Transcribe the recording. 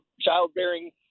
childbearing